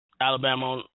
Alabama